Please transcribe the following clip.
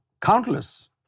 countless